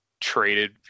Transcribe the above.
traded